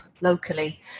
locally